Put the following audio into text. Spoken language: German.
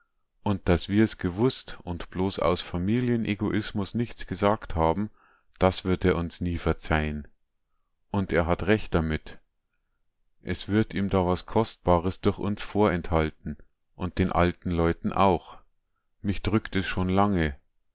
und daß wir's gewußt und bloß aus familienegoismus nichts gesagt haben das wird er uns nie verzeihen und er hat recht damit es wird ihm da was kostbares durch uns vorenthalten und den alten leuten auch mich drückt es schon lange